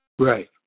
Right